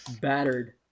battered